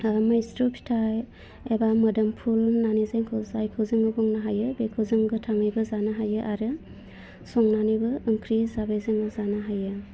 आरो मैथ्रु फिथाइ एबा मोदोमफुल होन्नानै जायखौ जायखौ जोङो बुंनो हायो बेखौ जों गोथाङैबो जानो हायो आरो संनानैबो ओंख्रि जाबायजों जानो हायो